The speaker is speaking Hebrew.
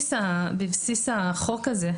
בבסיס החוק הזה,